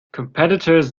competitors